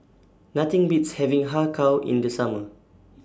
Nothing Beats having Har Kow in The Summer